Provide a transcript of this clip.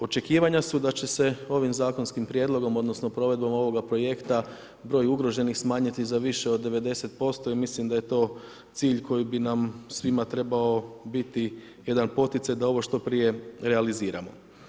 Očekivanja su da će se ovim zakonskim prijedlogom odnosno provedbom ovoga projekta broj ugroženih smanjiti za više od 90% i mislim da je to cilj koji bi nam svima trebao biti jedan poticaj da ovo što prije realiziramo.